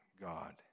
God